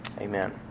Amen